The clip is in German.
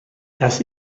das